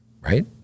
right